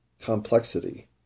complexity